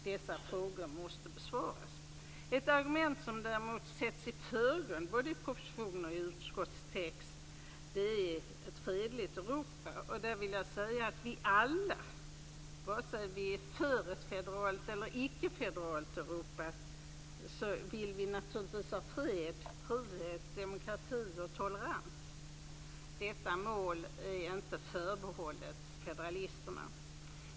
Dessa frågor måste besvaras. Ett argument som däremot sätts i förgrunden både i proposition och i utskottstext är ett fredligt Europa. Jag vill säga att vi alla - vare sig vi är för ett federalt Europa eller icke - naturligtvis vill ha fred, frihet, demokrati och tolerans. Dessa mål är inte förbehållna federalisterna.